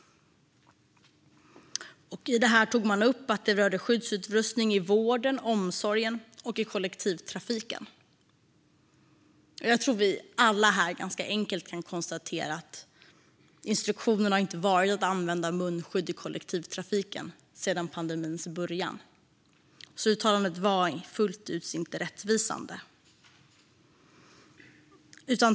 I det tog man upp att det rörde skyddsutrustning i vården, omsorgen och kollektivtrafiken. Jag tror att vi alla här ganska enkelt kan konstatera att instruktionen inte har varit att använda munskydd i kollektivtrafiken sedan pandemins början. Uttalandet var inte fullt ut rättvisande.